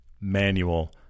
Manual